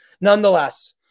nonetheless